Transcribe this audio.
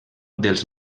dels